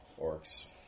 Orcs